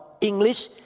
English